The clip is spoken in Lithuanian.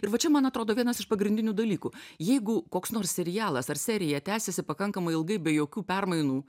ir va čia man atrodo vienas iš pagrindinių dalykų jeigu koks nors serialas ar serija tęsiasi pakankamai ilgai be jokių permainų